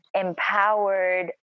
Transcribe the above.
empowered